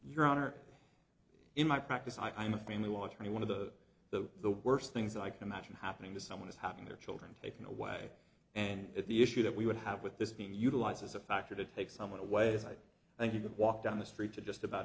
your honor in my practice i'm a family watch me one of the the the worst things like imagine happening to someone is having their children taken away and the issue that we would have with this being utilized as a factor to take someone away is i think you could walk down the street to just about